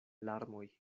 larmoj